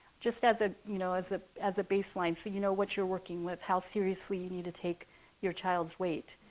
just as ah you know as ah a baseline so you know what you're working with, how seriously you need to take your child's weight.